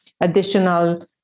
additional